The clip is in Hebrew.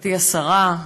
גברתי השרה,